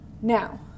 Now